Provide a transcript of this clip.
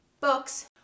books